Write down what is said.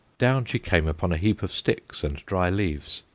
down she came upon a heap of sticks and dry leaves,